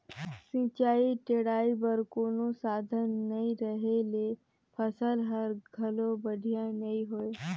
सिंचई टेड़ई बर कोनो साधन नई रहें ले फसल हर घलो बड़िहा नई होय